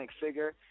figure